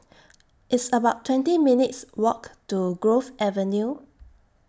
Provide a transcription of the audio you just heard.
It's about twenty minutes' Walk to Grove Avenue